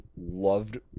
loved